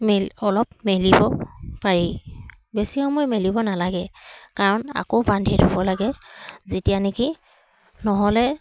মেল অলপ মেলিব পাৰি বেছি সময় মেলিব নালাগে কাৰণ আকৌ বান্ধি থ'ব লাগে যেতিয়া নেকি নহ'লে